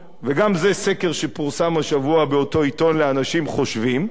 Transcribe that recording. וגם זה סקר שפורסם השבוע באותו עיתון לאנשים חושבים,